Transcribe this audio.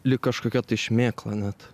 lyg kažkokia šmėkla net